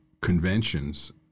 conventions